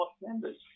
members